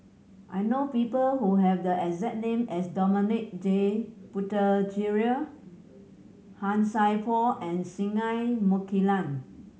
I know people who have the exact name as Dominic J Puthucheary Han Sai Por and Singai Mukilan